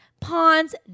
ponds